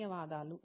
ధన్యవాదాలు